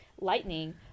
Lightning